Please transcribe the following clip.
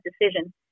decision